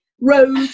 road